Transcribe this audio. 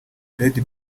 red